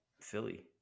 Philly